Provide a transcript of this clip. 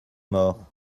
mort